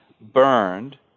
burned